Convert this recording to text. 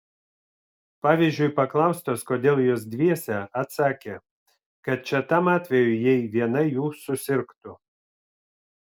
pavyzdžiui paklaustos kodėl jos dviese atsakė kad čia tam atvejui jei viena jų susirgtų